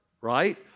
right